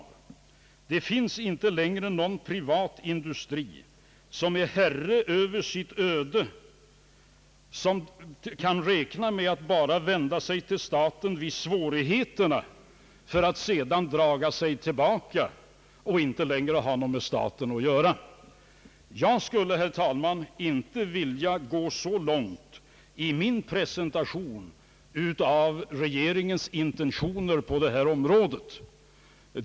Det finns inte längre någon privat industri som är herre över sitt öde, som kan räkna med att bara vända sig till staten vid svårigheterna för att sedan dra sig tillbaka och inte längre ha något med staten att göra.» Jag skulle, herr talman, inte vilja gå så långt i min presentation av regeringens intentioner på detta område.